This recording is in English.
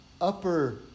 upper